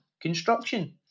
construction